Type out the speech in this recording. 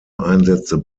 einsätze